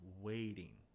waiting